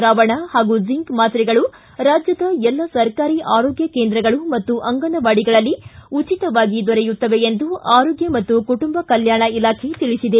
ದ್ರಾವಣ ಝಿಂಕ್ ಮಾತ್ರೆಗಳು ರಾಜ್ಯದ ಎಲ್ಲ ಸರ್ಕಾರಿ ಆರೋಗ್ಯ ಕೇಂದ್ರಗಳು ಮತ್ತು ಅಂಗನವಾಡಿಗಳಲ್ಲಿ ಉಚಿತವಾಗಿ ದೊರೆಯುತ್ತವೆ ಎಂದು ಆರೋಗ್ಯ ಮತ್ತು ಕುಟುಂಬ ಇಲಾಖೆ ತಿಳಿಸಿದೆ